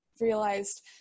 realized